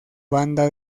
banda